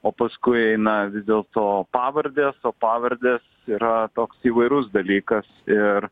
o paskui eina vis dėlto pavardės o pavardės yra toks įvairus dalykas ir